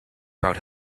about